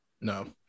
No